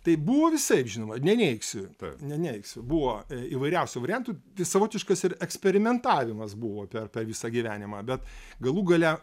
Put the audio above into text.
tai buvo visaip žinoma neneigsiu neneigsiu buvo įvairiausių variantų savotiškas eksperimentavimas buvo per visą gyvenimą bet galų gale